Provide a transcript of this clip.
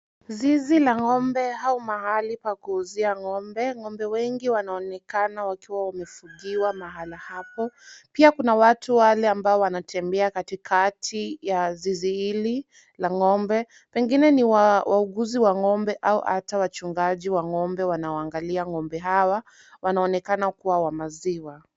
Zizi la ng'ombe au mahali pa kuuzia ng'ombe. Ng'ombe wengi wanaonekana wakiwa wamefungiwa mahala hapo. Pia, kuna watu wale ambao wanatembea katikati ya zizi hili la ng'ombe. Pengine ni wauguzi wa ng'ombe au hata wachungaji wa ng'ombe wanao angalia ng'ombe hawa. Wanaonekana kuwa wa maziwa.